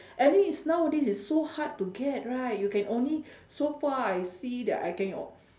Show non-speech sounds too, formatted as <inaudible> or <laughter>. and it's nowadays it's so hard to get right you can only <breath> so far I see that I can o~